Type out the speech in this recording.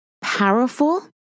powerful